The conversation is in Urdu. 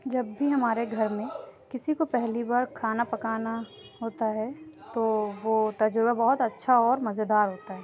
جب بھی ہمارے گھر میں کسی کو پہلی بار کھانا پکانا ہوتا ہے تو وہ تجربہ بہت اچھا اور مزیدار ہوتا ہے